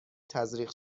تزریق